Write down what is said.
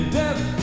death